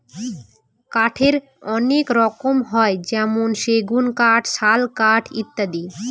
কাঠের অনেক রকম হয় যেমন সেগুন কাঠ, শাল কাঠ ইত্যাদি